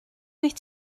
wyt